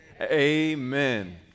amen